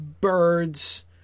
Birds